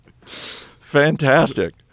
Fantastic